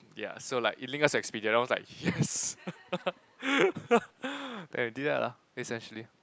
ya so like it link us to Expedia then I was like yes I did that lah essentially